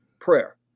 prayer